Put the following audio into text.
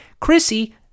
Chrissy